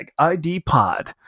#IDPod